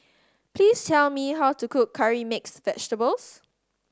please tell me how to cook curry mixed vegetables